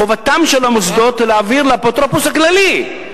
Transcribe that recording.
חובתם של המוסדות להעביר לאפוטרופוס הכללי,